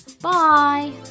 Bye